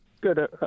Good